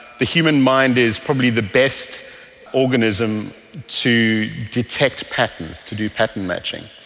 the human mind is probably the best organism to detect patterns, to do pattern matching.